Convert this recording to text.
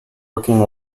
looking